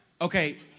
Okay